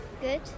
good